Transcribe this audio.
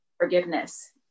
forgiveness